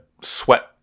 sweat